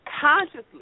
consciously